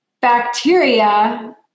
bacteria